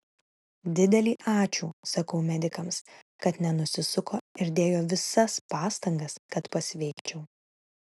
didelį ačiū sakau medikams kad nenusisuko ir dėjo visas pastangas kad pasveikčiau